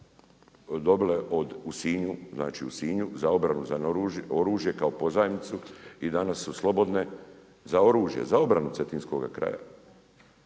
znači u Sinju za obranu, za oružje kao pozajmicu i danas su slobodne. Za oružje, za obranu cetinskoga kraja,